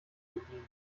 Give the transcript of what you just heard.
bedienen